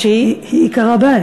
שהיא עיקר הבית.